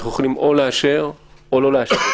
אנחנו יכולים או לאשר או לא לאשר.